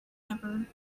never